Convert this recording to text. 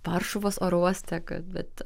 varšuvos oro uoste kad bet